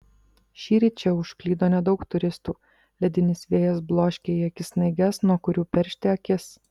šįryt čia užklydo nedaug turistų ledinis vėjas bloškia į akis snaiges nuo kurių peršti akis